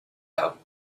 though